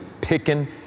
picking